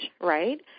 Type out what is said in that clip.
right